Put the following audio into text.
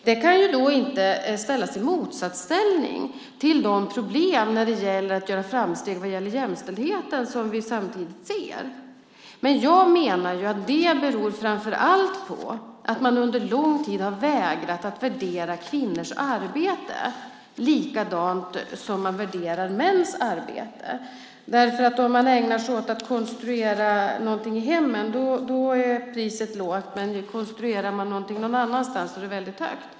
Det kan inte sättas i motsatsställning till de problem med att göra framsteg när det gäller jämställdheten som vi samtidigt ser. Men jag menar att det framför allt beror på att man under lång tid har vägrat värdera kvinnors arbete likadant som man värderar mäns arbete. Om man ägnar sig åt att konstruera någonting i hemmen är priset lågt, men konstruerar man någonting någon annanstans är priset högt.